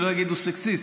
שלא יגידו סקסיסט,